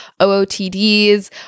OOTDs